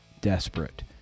desperate